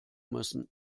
müssen